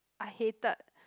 I hated